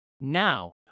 Now